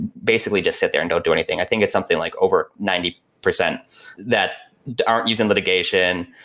basically just sit there and don't do anything. i think it's something like over ninety percent that aren't using litigation,